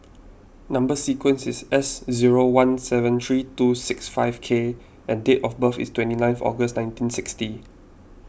Number Sequence is S zero one seven three two six five K and date of birth is twenty ninth August nineteen sixty